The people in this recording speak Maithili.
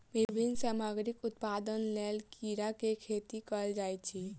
विभिन्न सामग्री उत्पादनक लेल कीड़ा के खेती कयल जाइत अछि